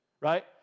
right